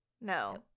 No